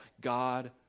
God